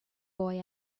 boy